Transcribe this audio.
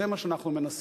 זה מה שאנחנו מנסים,